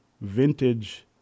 vintage